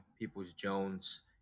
Peoples-Jones